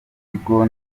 bigo